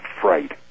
fright